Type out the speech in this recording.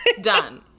Done